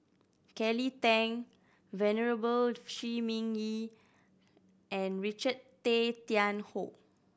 Kelly Tang Venerable Shi Ming Yi and Richard Tay Tian Hoe